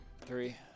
Three